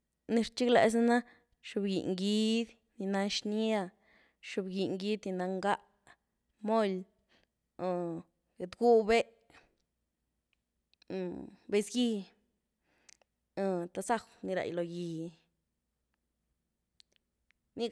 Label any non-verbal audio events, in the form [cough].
Nii rxiglaza na xob gieny gidy, ni nah xnia, xob gieny gidy ni nah nga’, moly, [hesitation] get gwu béeh, [hesitation] wbezgy, [hesitation] tasajw nii ray loghy. [unintelligible]